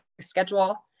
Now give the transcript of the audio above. schedule